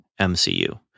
MCU